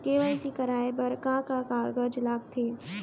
KYC कराये बर का का कागज लागथे?